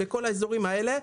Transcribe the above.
בכל האזורים האלה.